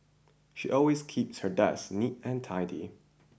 she always keeps her desk neat and tidy